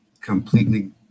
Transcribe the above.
completely